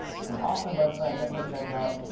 it's an awesome website. definitely check out.